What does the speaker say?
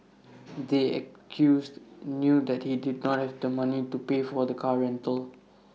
the accused knew that he did not have the money to pay for the car rental